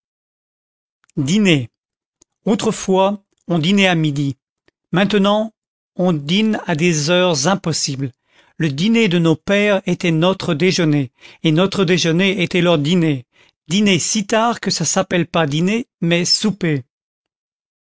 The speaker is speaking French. dîner autrefois on dînait à midi maintenant on dîne à des heures impossibles le dîner de nos pères était notre déjeuner et notre déjeuner était leur dîner dîner si tard que ça n'appelle pas dîner mais souper